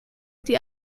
die